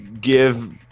give